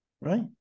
right